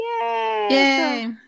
yay